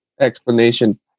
explanation